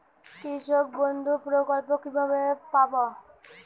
কৃষকবন্ধু প্রকল্প কিভাবে পাব?